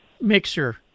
mixer